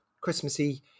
Christmassy